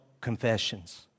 confessions